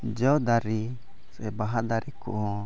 ᱡᱚ ᱫᱟᱨᱮ ᱥᱮ ᱵᱟᱦᱟ ᱫᱟᱨᱮ ᱠᱚ ᱦᱚᱸ